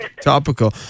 topical